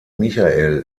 michael